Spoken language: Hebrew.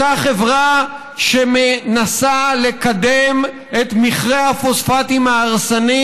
אותה חברה מנסה לקדם את מכרה הפוספטים ההרסני,